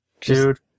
Dude